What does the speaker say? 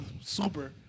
Super